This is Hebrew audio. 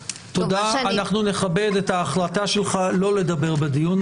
אין ספק שזו הייתה מהערות הביניים הארוכות בדיוני הוועדה,